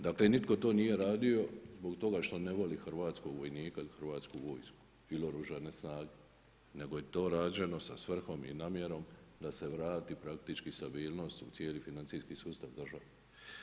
Dakle, nitko to nije radio zbog toga što ne voli hrvatskog vojnika ili Hrvatsku vojsku ili Oružane snage, nego je to rađeno sa svrhom i namjerom da se vrati praktički stabilnost u cijeli financijski sustav državni.